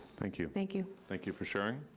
thank you. thank you. thank you for sharing.